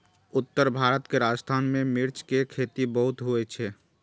उत्तर भारत के राजस्थान मे मिर्च के खेती बहुत होइ छै